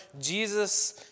Jesus